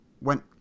went